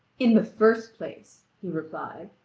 in the first place, he replied,